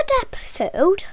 episode